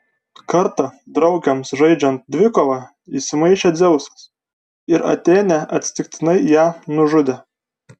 kartą draugėms žaidžiant dvikovą įsimaišė dzeusas ir atėnė atsitiktinai ją nužudė